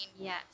yes